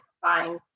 fine